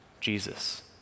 Jesus